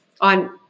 on